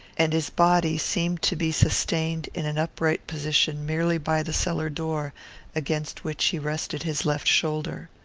and his body seemed to be sustained in an upright position merely by the cellar-door against which he rested his left shoulder.